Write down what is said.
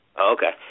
Okay